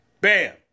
Bam